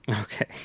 Okay